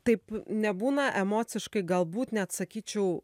taip nebūna emociškai galbūt net sakyčiau